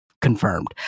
Confirmed